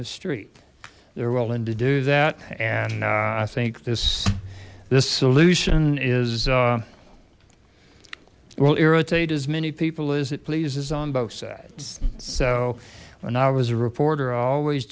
the street they're willing to do that and i think this this solution is will irritate as many people as it pleases on both sides so when i was a reporter i always